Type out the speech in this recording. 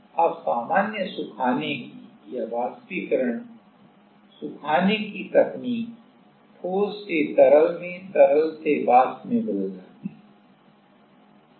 अब सामान्य सुखाने की या वाष्पीकरण सुखाने की तकनीक ठोस से तरल में तरल से वाष्प में बदल जाती है